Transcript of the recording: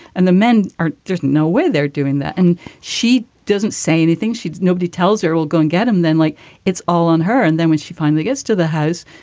and the men are there's no way they're doing that. and she doesn't say anything. she's nobody tells her, we'll go and get them then like it's all on her. and then when she finally gets to the house.